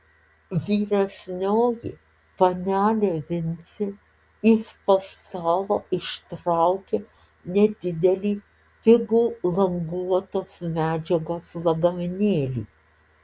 vyresnioji panelė vincė iš po stalo ištraukė nedidelį pigų languotos medžiagos lagaminėlį